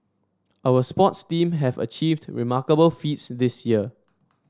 our sports team have achieved remarkable feats this year